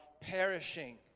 perishing